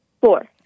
Four